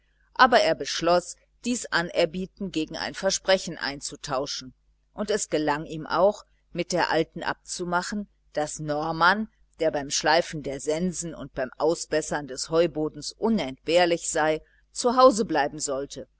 aber er beschloß dies anerbieten gegen ein versprechen einzutauschen und es gelang ihm auch mit der alten abzumachen daß norman der beim schleifen der sensen und beim ausbessern des heubodens unentbehrlich sei zu hause bleiben sollte